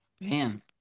Man